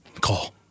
call